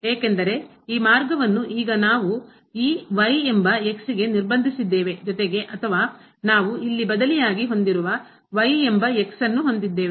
ಏಕೆಂದರೆ ಈ ಮಾರ್ಗವನ್ನು ಈಗ ನಾವು ಈ y ಎಂಬ ಗೆ ನಿರ್ಬಂಧಿಸಿದ್ದೇವೆ ಜೊತೆಗೆ ಅಥವಾ ನಾವು ಇಲ್ಲಿ ಬದಲಿಯಾಗಿ ಹೊಂದಿರುವ y ಎಂಬ ನ್ನು ಹೊಂದಿದ್ದೇವೆ